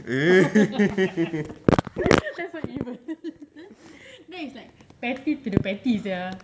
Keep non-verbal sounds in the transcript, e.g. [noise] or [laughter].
[laughs] that is so evil that is like patty to patty sia